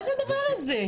מה זה הדבר הזה?